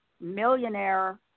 millionaire